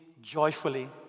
joyfully